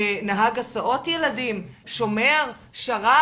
נהג הסעות ילדים, שומר, שרת?